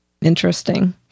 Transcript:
interesting